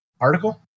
article